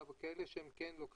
אלא כאלה שהם כן לוקחים,